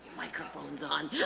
microphones um yeah